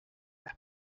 las